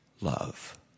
love